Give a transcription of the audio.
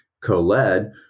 co-led